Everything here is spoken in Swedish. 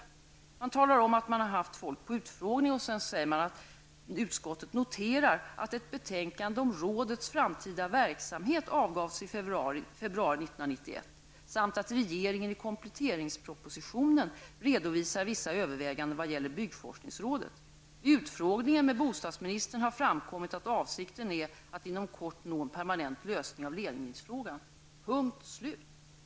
Utskottet talar om att folk har varit kallade till utfrågning och säger sedan: ''Utskottet noterar att betänkande om rådets framtid avgavs i februari 1991 samt att regeringen i kompletteringspropositionen redovisar vissa överväganden vad gäller byggforskningsrådet. Vid utfrågningen med bostadsministern har framkommit att avsikten är att inom kort nå en permanent lösning av ledningsfrågan.'' Punkt, slut!